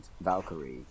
Valkyrie